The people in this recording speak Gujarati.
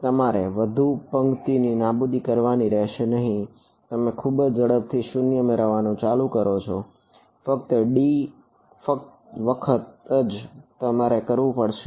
તમારે વધુ પંક્તિ ની નાબૂદી કરવાની રહેશે નહિ તમે ખુબજ ઝડપથી 0 મેળવવાનું ચાલુ કરો છો ફક્ત d વખત જ તમારે કરવું પડશે